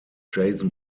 jason